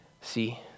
See